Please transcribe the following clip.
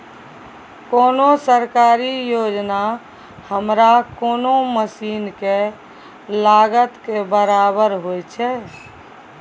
कोन सरकारी योजना हमरा कोनो मसीन के लागत के बराबर होय छै?